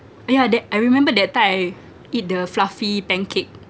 yeah that I remember that time I eat the fluffy pancake